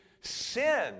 sin